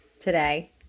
today